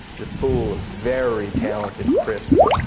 this pool of very talented crisp